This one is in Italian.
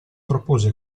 proposi